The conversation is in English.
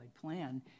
plan